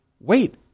wait